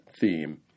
theme